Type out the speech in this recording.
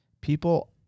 People